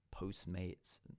Postmates